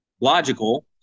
logical